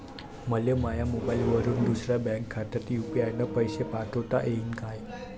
मले माह्या मोबाईलवरून दुसऱ्या बँक खात्यात यू.पी.आय न पैसे पाठोता येईन काय?